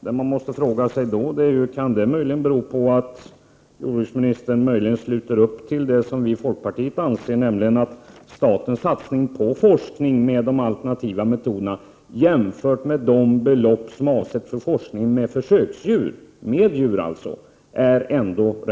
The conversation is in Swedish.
Det man då måste fråga sig är: Kan det möjligen bero på att jordbruksministern sluter upp bakom det vi i folkpartiet anser, nämligen att statens satsning på forskning med alternativa metoder ändå är rätt blygsam jämfört med de belopp som avsätts för forskning med försöksdjur?